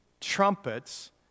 trumpets